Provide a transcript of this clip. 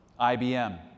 IBM